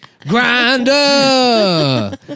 Grinder